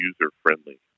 user-friendly